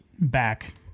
back